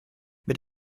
mit